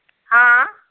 हां